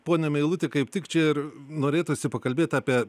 pone meiluti kaip tik čia ir norėtųsi pakalbėti apie